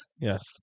yes